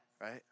right